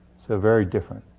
so very different.